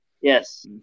yes